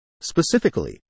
Specifically